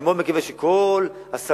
אני מאוד מקווה שכל השרים